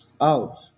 out